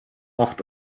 oft